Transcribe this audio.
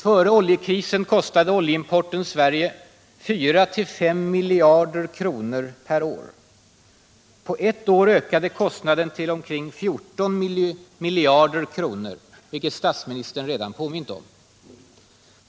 Före oljekrisen kostade oljeimporten Sverige 4-5 miljarder kronor per år. På ett år ökade kostnaden till ca 14 miljarder kronor, vilket statsministern redan påmint om.